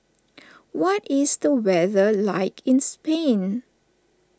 what is the weather like in Spain